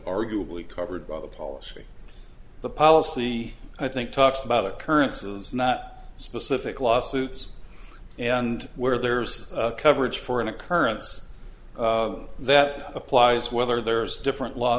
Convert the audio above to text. arguably covered by the policy the policy i think talks about occurrences not specific lawsuits and where there's coverage for an occurrence that applies whether there's different law